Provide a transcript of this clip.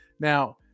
Now